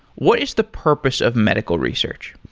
what is the purpose of medical research?